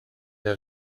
der